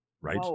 Right